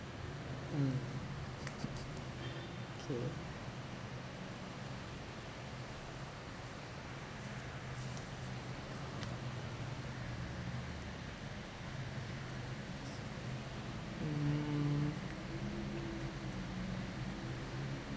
mm K mm